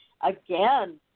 again